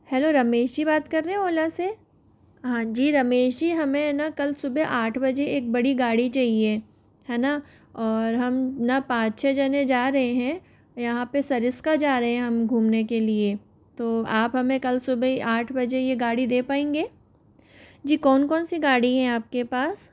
hello Ramesh ji बात कर रहे हो ओला से हाँ जी रमेश जी हमें है ना कल सुबह आठ बजे एक बड़ी गाड़ी चाहिए है ना और हम ना पाँच छः जन जा रहे हैं यहाँ पे सरिस्का जा रहें हैं हम घूमने के लिए तो आप हमें कल सुबह आठ बजे यह गाड़ी दे पाएंगे जी कौन कौन से गाड़ी है आप के पास